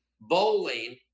bowling